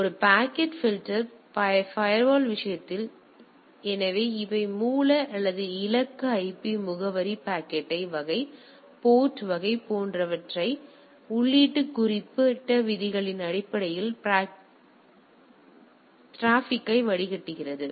எனவே ஒரு packet filter firewall விஷயத்தில் எனவே மூல மற்றும் இலக்கு ஐபி முகவரி பாக்கெட் வகை போர்ட் வகை போன்றவை உள்ளிட்ட குறிப்பிட்ட விதிகளின் அடிப்படையில் டிராபிக்கை வடிகட்டப்படுகிறது